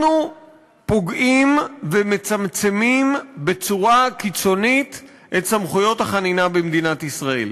אנחנו פוגעים ומצמצמים בצורה קיצונית את סמכויות החנינה במדינת ישראל.